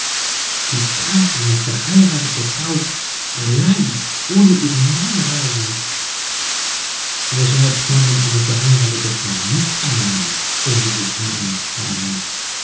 wie kann eine verheiratete frau allein ohne ihren mann reisen weshalb kann denn eine verheiratete frau nicht allein ohne ihren mann reisen